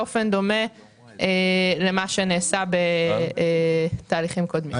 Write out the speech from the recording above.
באופן דומה למה שנעשה בתהליכים קודמים.